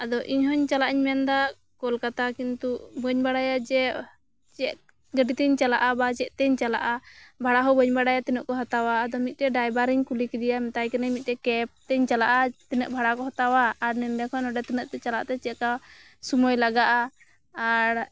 ᱟᱫᱚ ᱤᱧ ᱦᱚᱸᱧ ᱪᱟᱞᱟᱜ ᱤᱧ ᱢᱮᱱ ᱫᱟ ᱠᱳᱞᱠᱟᱛᱟ ᱠᱤᱱᱛᱩ ᱵᱟᱹᱧ ᱵᱟᱲᱟᱭᱟ ᱡᱮ ᱪᱮᱜ ᱜᱟᱰᱤ ᱛᱮᱧ ᱪᱟᱞᱟᱜᱼᱟ ᱵᱟ ᱪᱮᱜ ᱛᱤᱧ ᱪᱟᱞᱟᱜᱼᱟ ᱵᱷᱟᱲᱟ ᱦᱚᱸ ᱵᱟᱹᱧ ᱵᱟᱲᱟᱭᱟ ᱛᱤᱱᱟᱹᱜ ᱠᱚ ᱦᱟᱛᱟᱣᱟ ᱟᱫᱚ ᱢᱤᱜᱴᱮᱡ ᱰᱟᱭᱵᱷᱟᱨ ᱤᱧ ᱠᱩᱞᱤ ᱠᱮᱫᱮᱭᱟ ᱢᱮᱛᱟᱭ ᱠᱟᱹᱱᱟᱹᱧ ᱢᱤᱜᱴᱮᱡ ᱠᱮᱵᱽ ᱛᱮᱧ ᱪᱟᱞᱟᱜᱼᱟ ᱛᱟᱱᱟᱹᱜ ᱵᱷᱟᱲᱟ ᱠᱚ ᱦᱟᱛᱟᱣᱟ ᱟᱨ ᱱᱚᱸᱰᱮ ᱠᱷᱚᱱ ᱚᱸᱰᱮ ᱛᱤᱱᱟᱹᱜ ᱛᱮ ᱪᱟᱞᱟᱜ ᱛᱮ ᱪᱮᱜ ᱞᱮᱠᱟ ᱥᱩᱢᱟᱹᱭ ᱞᱟᱜᱟᱜᱼᱟ ᱟᱨ